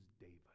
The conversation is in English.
David